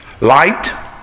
light